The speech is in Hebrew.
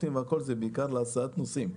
הוא בעיקר להסעת נוסעים.